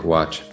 Watch